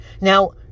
Now